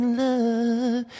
love